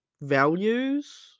values